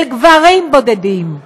של גברים בודדים,